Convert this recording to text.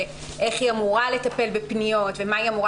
איך היא אמורה לטפל בפניות ומה היא אמורה